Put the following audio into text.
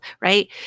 right